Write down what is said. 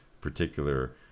particular